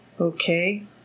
Okay